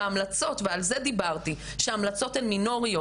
בהמלצות - ועל זה דיברתי שההמלצות הן מינוריות